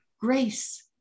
grace